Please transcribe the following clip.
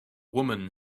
woman